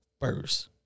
first